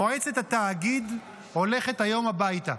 מועצת התאגיד הולכת היום הביתה.